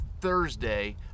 Thursday